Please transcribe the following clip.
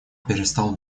перестал